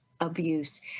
abuse